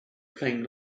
playing